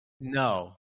No